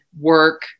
work